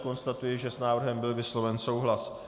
Konstatuji, že s návrhem byl vysloven souhlas.